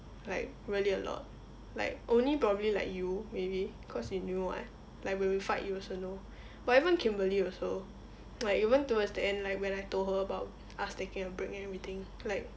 like really a lot like only probably like you maybe cause you knew [what] like when we fight you also know but even kimberly also like even towards the end like when I told her about us taking a break and we think like